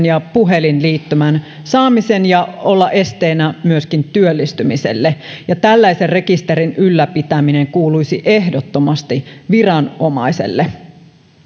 ja puhelinliittymän saamisen ja olla esteenä myöskin työllistymiselle tällaisen rekisterin ylläpitäminen kuuluisi ehdottomasti viranomaiselle